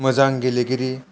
मोजां गेलेगिरि